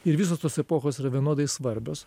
ir visos tos epochos yra vienodai svarbios